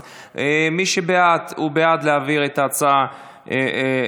אז מי שבעד הוא בעד להעביר את ההצעה הדחופה